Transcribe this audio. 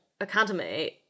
academy